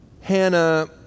Hannah